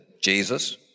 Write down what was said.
Jesus